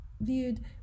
viewed